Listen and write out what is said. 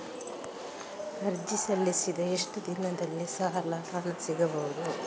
ಅರ್ಜಿ ಸಲ್ಲಿಸಿದ ಎಷ್ಟು ದಿನದಲ್ಲಿ ಸಾಲದ ಹಣ ಸಿಗಬಹುದು?